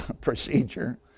procedure